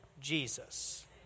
Jesus